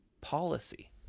policy